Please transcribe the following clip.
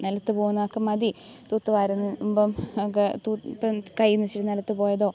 നിലത്ത് പോവുന്നതൊക്കെ മതി തൂത്തുവാരുമ്പോൾ ഒക്കെ തൂത്ത് കൈയ്യിൽനിന്ന് ഇച്ചിരി നിലത്ത് പോയതോ